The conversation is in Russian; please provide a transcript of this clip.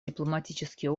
дипломатический